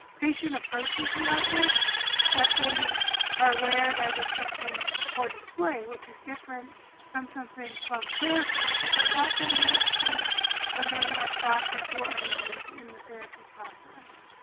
patient approaches the artwork that they are aware that it's something for display which is different from something from therapy because i want them really to remain more process oriented in the therapeutic process.